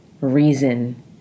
reason